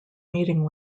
meeting